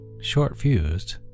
short-fused